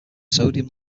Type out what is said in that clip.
sodium